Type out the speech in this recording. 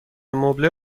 مبله